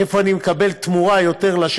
איפה אני מקבל יותר תמורה לשקל,